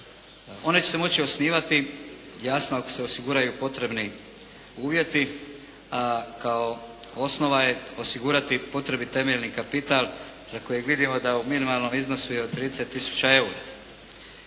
One će se moći osnivati jasno ako se osiguraju potrebni uvjeti. Kao osnova je osigurati potrebni temeljni kapital za kojeg vidimo da u minimalnom iznosu je od 30